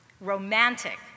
Romantic